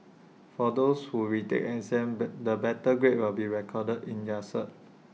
for those who retake exam but the better grade will be recorded in their cert